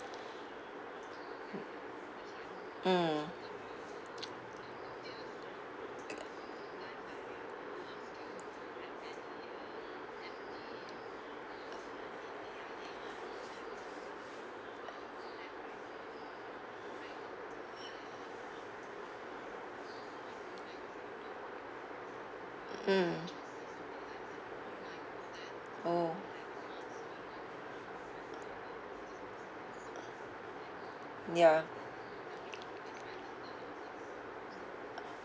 mm mm orh ya